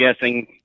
guessing